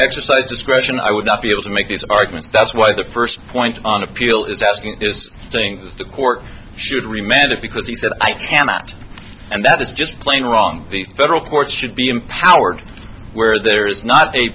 exercise discretion i would not be able to make this argument that's why the first point on appeal is asking is think the court should remember that because he said i cannot and that is just plain wrong the federal courts should be empowered where there is not a